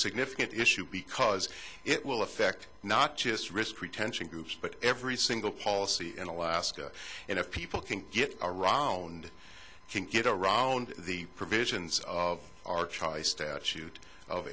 significant issue because it will affect not just risk retention groups but every single policy in alaska and if people can get around can get around the provisions of our choice statute